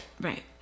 right